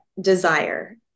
desire